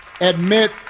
admit